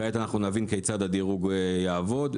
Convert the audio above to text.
כעת אנחנו נבין כיצד הדירוג יעבוד,